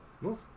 Move